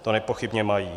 To nepochybně mají.